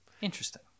Interesting